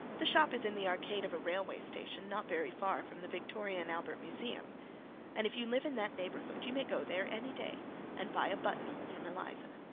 the shop is in the arcade of a railway station not very far from the victoria and albert museum and if you live in that neighborhood you may go there any day and buy a buttonhole from eliza.